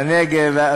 והנגב והגליל.